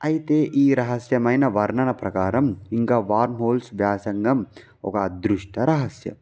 అయితే ఈ రహస్యమైన వర్ణన ప్రకారం ఇంకా వర్మ్హోల్స్ వ్యాసం ఒక అదృష్ట రహస్యం